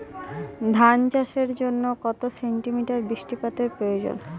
ধান চাষের জন্য কত সেন্টিমিটার বৃষ্টিপাতের প্রয়োজন?